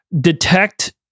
detect